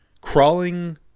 crawling